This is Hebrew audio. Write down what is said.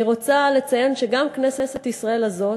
אני רוצה לציין שגם כנסת ישראל הזאת,